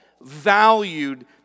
valued